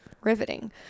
Riveting